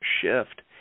shift